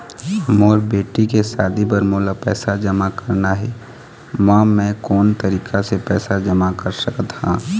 मोर बेटी के शादी बर मोला पैसा जमा करना हे, म मैं कोन तरीका से पैसा जमा कर सकत ह?